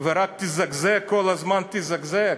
ורק תזגזג, כל הזמן תזגזג?